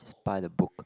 by the book